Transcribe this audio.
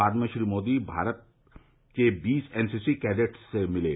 बाद में श्री मोदी भारत के बीस एनसीसी कैंडेट्स से मिले